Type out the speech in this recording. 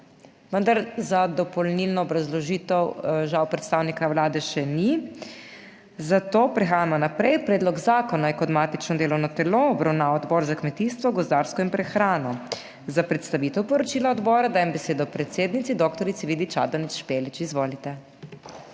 vendar za dopolnilno obrazložitev žal predstavnika Vlade še ni, zato prehajamo naprej. Predlog zakona je kot matično delovno telo obravnaval Odbor za kmetijstvo, gozdarstvo in prehrano. Za predstavitev poročila odbora dajem besedo predsednici dr. Vidi Čadonič Špelič. Izvolite.